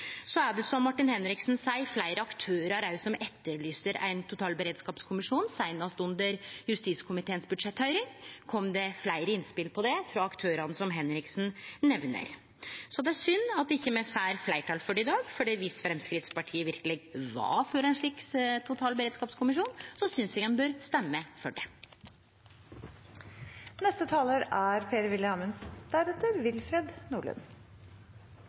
Så er det, som Martin Henriksen seier, fleire aktørar som etterlyser ein totalberedskapskommisjon. Seinast under justiskomiteens budsjetthøyring kom det fleire innspel om det frå aktørane som Henriksen nemner. Det er synd at me ikkje får fleirtal for det i dag, for viss Framstegspartiet verkeleg er for ein slik totalberedskapskommisjon, synest eg ein bør stemme for det. Når vi snakker om evne til å bekjempe terror på norsk jord, er